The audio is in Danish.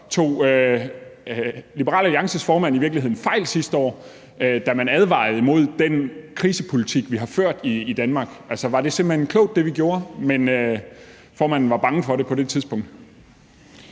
tog Liberal Alliances formand i virkeligheden fejl sidste år, da han advarede mod den krisepolitik, vi har ført i Danmark? Altså, var det simpelt hen klogt, at vi gjorde, som vi gjorde, selv om formanden var bange for det på det tidspunkt?